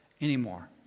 anymore